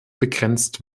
begrenzt